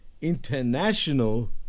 International